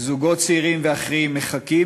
זוגות צעירים ואחרים מחכים,